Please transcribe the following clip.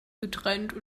getrennt